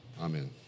Amen